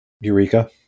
Eureka